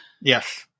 Yes